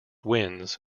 wins